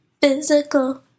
physical